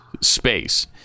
space